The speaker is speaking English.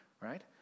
right